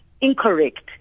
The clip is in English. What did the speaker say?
incorrect